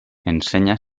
ensenya